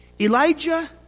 Elijah